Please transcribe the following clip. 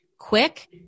Quick